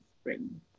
spring